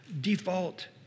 default